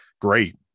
great